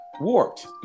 warped